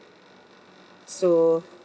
so